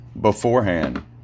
beforehand